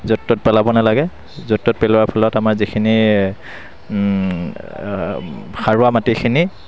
য'ত ত'ত পেলাব নালাগে য'ত ত'ত পেলোৱাৰ ফলত আমাৰ যিখিনি সাৰুৱা মাটিখিনি